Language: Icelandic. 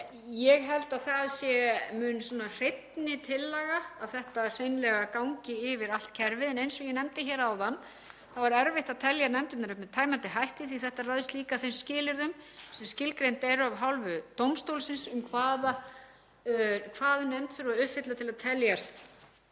Ég held að það sé mun hreinni tillaga að þetta hreinlega gangi yfir allt kerfið. En eins og ég nefndi hér áðan þá er erfitt að telja nefndirnar upp með tæmandi hætti því þetta ræðst líka af þeim skilyrðum sem skilgreind eru af hálfu dómstólsins um hvað nefnd þurfi að uppfylla til að teljast